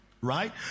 Right